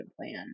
plan